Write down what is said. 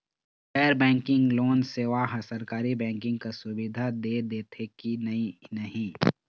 गैर banking loan सेवा हा सरकारी बैंकिंग कस सुविधा दे देथे कि नई नहीं?